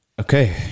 Okay